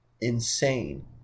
insane